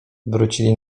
wrócili